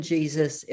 Jesus